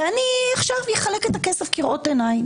ואני עכשיו אחלק את הכסף כראות עיניי,